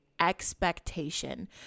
expectation